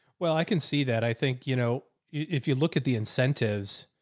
well, i can see that. i think, you know, if you look at the incentives,